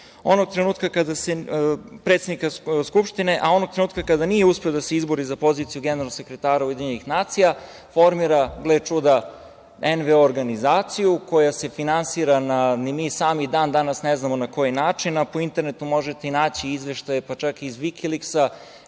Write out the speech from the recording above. je obavljao funkciju predsednika skupštine UN. Onog trenutka kada nije uspeo da se izbori za poziciju generalnog sekretara UN, formira, gle čuda, NVO organizaciju, koja se finansira, ni mi sami ni dan-danas ne znamo na koji način, a po internetu možete naći izveštaje, čak i iz Vikiliksa,